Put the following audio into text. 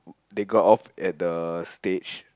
they got off at the stage